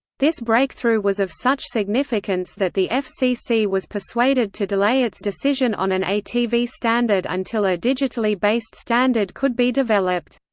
this breakthrough was of such significance that the fcc was persuaded to delay its decision on an atv standard until until a digitally based standard could be developed.